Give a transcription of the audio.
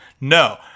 No